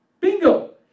Bingo